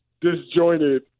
disjointed